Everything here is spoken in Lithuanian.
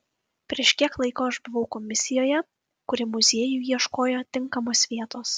prieš kiek laiko aš buvau komisijoje kuri muziejui ieškojo tinkamos vietos